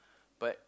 but